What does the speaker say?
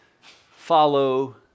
follow